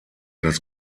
das